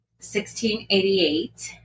1688